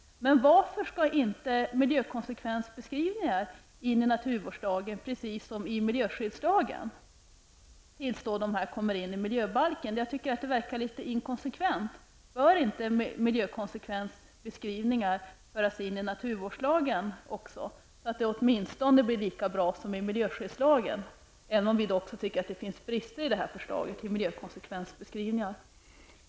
Men varför skall miljökonsekvensbeskrivningar inte föras in i naturvårdslagen, precis som i miljöskyddslagen, tills de kommer in i miljöbalken? Jag tycker att det verkar litet inkonsekvent. Bör inte miljökonsekvensbeskrivningar föras in även i naturvårdslagen, så att det åtminstone blir lika bra som i miljöskyddslagen, även om vi också anser att det finns brister i förslaget till miljökonsekvensbeskrivningar?